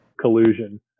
collusion